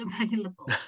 available